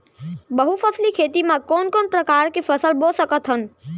बहुफसली खेती मा कोन कोन प्रकार के फसल बो सकत हन?